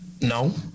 no